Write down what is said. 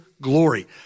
glory